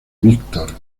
víctor